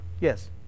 Yes